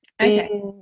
Okay